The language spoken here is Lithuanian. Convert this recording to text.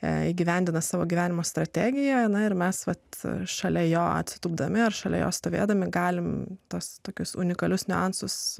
jai įgyvendina savo gyvenimo strategiją na ir mes vat šalia jo atsitūpdami ar šalia jo stovėdami galime tuos tokius unikalius niuansus